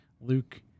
Luke